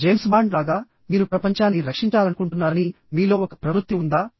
James Bond లాగా మీరు ప్రపంచాన్ని రక్షించాలనుకుంటున్నారని మీలో ఒక ప్రవృత్తి ఉందా